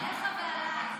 עליך ועליי.